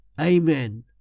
Amen